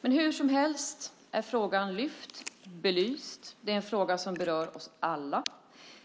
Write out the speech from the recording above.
Men hur som helst är frågan lyft och belyst. Det är en fråga som berör oss alla.